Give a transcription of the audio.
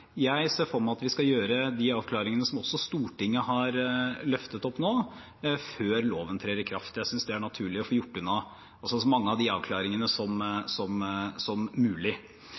Jeg ser for meg at vi skal gjøre de avklaringene som også Stortinget har løftet opp nå, før loven trer i kraft. Jeg synes det er naturlig å få gjort unna så mange av de avklaringene som